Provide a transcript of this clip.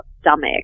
stomach